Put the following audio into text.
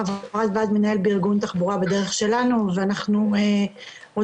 חברת ועד מנהל בארגון תחבורה בדרך שלנו ואנחנו רוצים